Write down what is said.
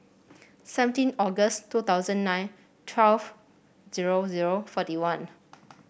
seventeen August two thousand nine twelve zero zero forty one